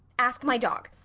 ask my dog.